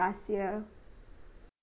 last year